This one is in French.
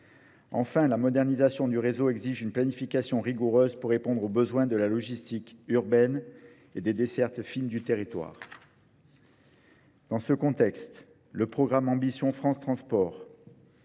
Enfin, la modernisation du réseau exige une planification rigoureuse pour répondre aux besoins de la logistique urbaine et des dessertes fines du territoire. Dans ce contexte, le programme Ambition France Transport,